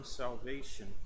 salvation